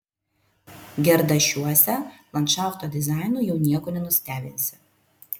gerdašiuose landšafto dizainu jau nieko nenustebinsi